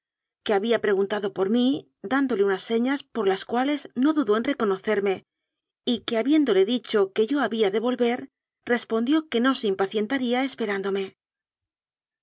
que había preguntado por mí dándole unas señas por las cuales no dudó en reconocerme y que habiéndole dicho que yo había de volver re pondió que no se impacientaría esperándome